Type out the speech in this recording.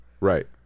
Right